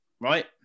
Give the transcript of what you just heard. right